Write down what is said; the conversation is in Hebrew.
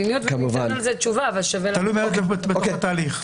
מה תמונת המצב האמיתית.